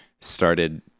started